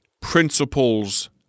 principles